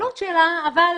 בהתנהלות העמותה, אבל